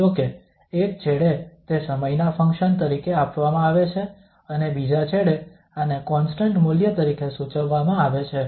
જો કે એક છેડે તે સમયના ફંક્શન તરીકે આપવામાં આવે છે અને બીજા છેડે આને કોન્સ્ટંટ મૂલ્ય તરીકે સૂચવવામાં આવે છે